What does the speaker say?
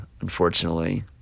unfortunately